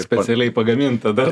specialiai pagaminta dar